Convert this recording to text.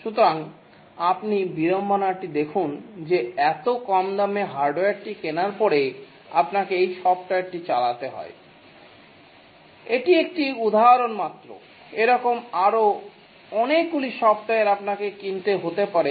সুতরাং আপনি বিড়ম্বনাটি দেখুন যে এত কম দামে হার্ডওয়্যারটি কেনার পরে আপনাকে এই সফ্টওয়্যারটি চালাতে হয় এটি একটি উদাহরণ মাত্র এরকম আরো অনেকগুলি সফ্টওয়্যার আপনাকে কিনতে হতে পারে